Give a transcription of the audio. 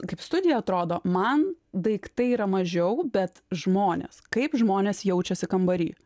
kaip studija atrodo man daiktai yra mažiau bet žmonės kaip žmonės jaučiasi kambary